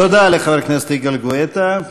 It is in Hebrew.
תודה לחבר הכנסת יגאל גואטה.